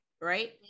right